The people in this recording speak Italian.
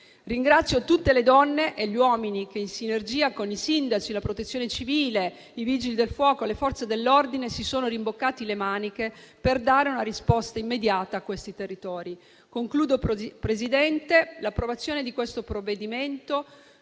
Ringrazio tutte le donne e gli uomini che, in sinergia con i sindaci, la Protezione civile, i vigili del fuoco e le Forze dell'ordine, si sono rimboccati le maniche per dare una risposta immediata a questi territori. Concludendo, signor Presidente, l'approvazione del provvedimento